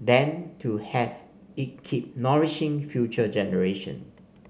than to have it keep nourishing future generation